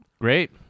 Great